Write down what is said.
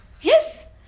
Yes